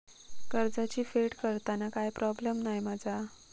कर्जाची फेड करताना काय प्रोब्लेम नाय मा जा?